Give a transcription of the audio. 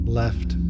left